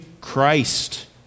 Christ